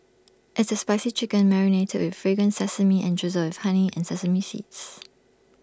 it's A spicy chicken marinated with fragrant sesame and drizzled with honey and sesame seeds